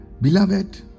beloved